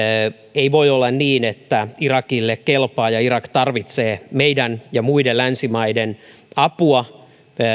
ei voi olla niin että irakille kelpaa ja irak tarvitsee meidän ja muiden länsimaiden apua